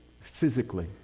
physically